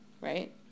right